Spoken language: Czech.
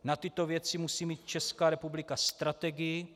Na tyto věci musí mít Česká republika strategii.